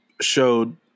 showed